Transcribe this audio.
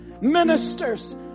ministers